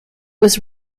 was